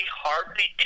hardly